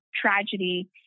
tragedy